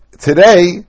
Today